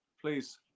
please